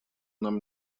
нам